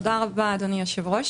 תודה רבה, אדוני היושב-ראש.